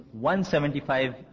175